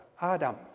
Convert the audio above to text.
Adam